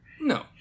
no